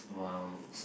!wow!